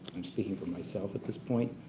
i'm speaking for myself at this point